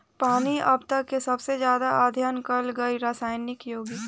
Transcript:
पानी अब तक के सबसे ज्यादा अध्ययन कईल गईल रासायनिक योगिक ह